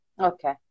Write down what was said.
Okay